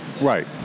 Right